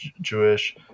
Jewish